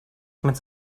meinst